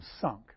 sunk